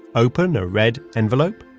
open a red envelope,